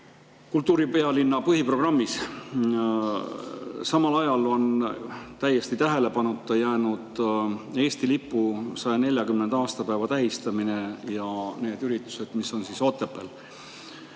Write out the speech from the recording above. kultuuripealinna põhiprogrammis. Samal ajal on täiesti tähelepanuta jäänud Eesti lipu 140. aastapäeva tähistamine ja need üritused, mis toimuvad Otepääl.